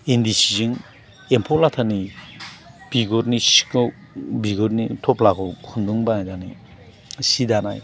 इन्दि सिजों एम्फौ लाथानि बिगुरनि सिखौ बिगुरनि थफ्लाखौ खुन्दुं बानायनानै सि दानाय